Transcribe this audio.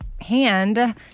hand